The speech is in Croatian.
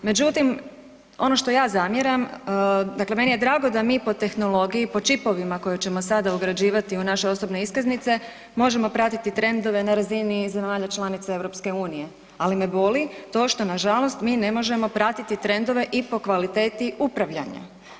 Međutim, ono što ja zamjeram, dakle meni je drago da mi po tehnologiji, po čipovima koje ćemo sada ugrađivati u naše osobne iskaznice možemo pratiti trendove na razini zemalja članica EU, ali me boli to što nažalost mi ne možemo pratiti trendove i po kvaliteti upravljanja.